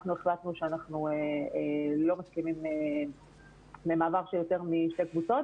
אנחנו החלטנו שאנחנו לא מסכימים למעבר של יותר משתי קבוצות,